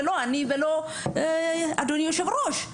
היא לא אני ולא אדוני היושב-ראש.